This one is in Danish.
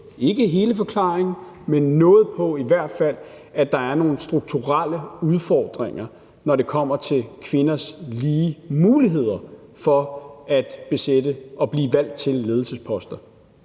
ikke hele forklaringen, men i hvert fald noget på, at der er nogle strukturelle udfordringer, når det kommer til kvinders lige muligheder for at besætte og blive valgt til ledelsesposter.